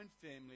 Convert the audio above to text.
family